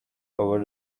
over